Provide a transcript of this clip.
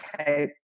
okay